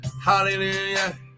hallelujah